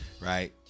right